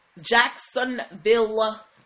Jacksonville